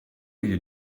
you